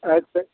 अच्छा